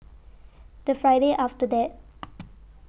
The Friday after that